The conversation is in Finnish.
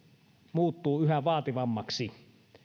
muuttuu yhä vaativammaksi